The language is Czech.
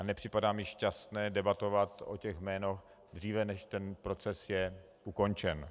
Nepřipadá mi šťastné debatovat o těch jménech dříve, než je ten proces ukončen.